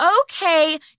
okay